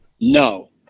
no